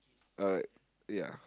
alright ya